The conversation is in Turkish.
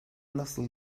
nasıl